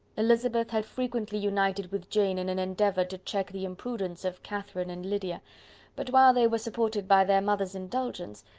elizabeth had frequently united with jane in an endeavour to check the imprudence of catherine and lydia but while they were supported by their mother's indulgence,